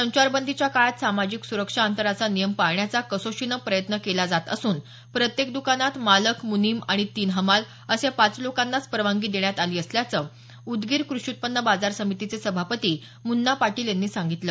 संचारबंदीच्या काळात सामाजिक सुरक्षा अंतराचा नियम पाळण्याचा कसोशीनं प्रयत्न केला जात असून प्रत्येक दुकानात मालक मुनीम आणि तिन हमाल असे पाच लोकांनाचा परवानगी देण्यात आली असल्याचं उदगीर क्रषी उत्पन्न बाजार समितीचे सभापती मुन्ना पाटील यांनी सांगितलं